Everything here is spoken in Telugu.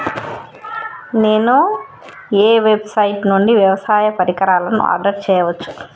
నేను ఏ వెబ్సైట్ నుండి వ్యవసాయ పరికరాలను ఆర్డర్ చేయవచ్చు?